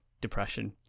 depression